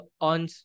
on